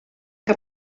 que